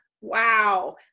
Wow